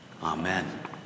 Amen